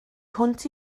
hwnt